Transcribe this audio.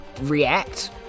react